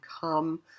come